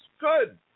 Good